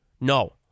no